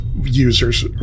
users